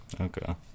Okay